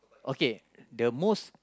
okay the most